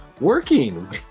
working